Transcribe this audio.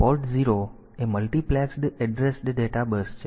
port 0 એ multiplexed addressed data bus છે